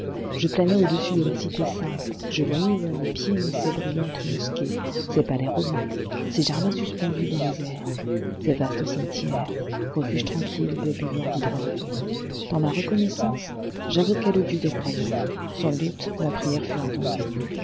je planais au-dessus de la cité sainte je voyais à mes pieds ses brillantes mosquées ses palais romains ses jardins suspendus dans les airs ses vastes cimetières refuges tranquilles des buveurs d'hydromel dans ma reconnaissance j'invoquai le dieu des croyants sans doute ma prière fut entendue